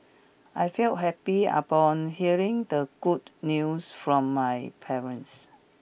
I failed happy upon hearing the good news from my parents